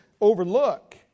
overlook